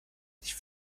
sich